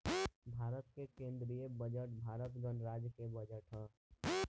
भारत के केंदीय बजट भारत गणराज्य के बजट ह